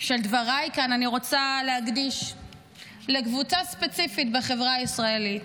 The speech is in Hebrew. של דבריי כאן אני רוצה להקדיש לקבוצה ספציפית בחברה הישראלית,